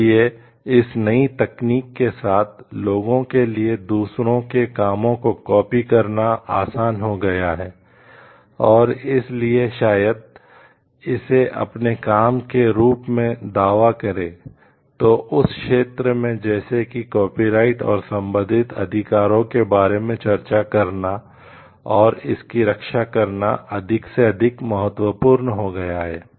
इसलिए इस नई तकनीक के साथ लोगों के लिए दूसरों के कामों को कॉपी और संबंधित अधिकारों के बारे में चर्चा करना और इसकी रक्षा करना अधिक से अधिक महत्वपूर्ण हो गया है